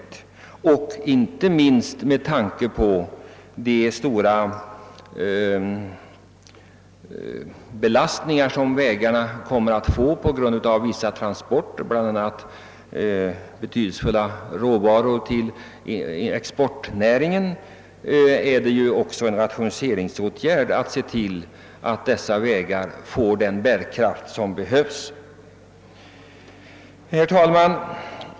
Detta gäller inte minst med tanke på den stora belastning som vägarna kommer att utsättas för. Beträffande vissa transporter av bl.a. betydelsefulla råvaror till bl.a. exportnäringar måste det bli rationaliseringsåtgärder som säkerställer att dessa vägar får den bärkraft som behövs. Herr talman!